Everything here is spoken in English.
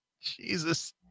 Jesus